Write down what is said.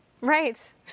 right